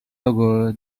logo